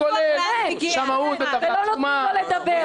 לא נותנים לו לדבר.